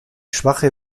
schwache